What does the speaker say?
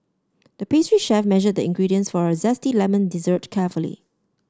the pastry chef measured the ingredients for a zesty lemon dessert carefully